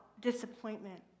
disappointment